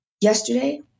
Yesterday